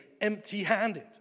empty-handed